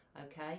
okay